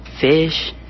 fish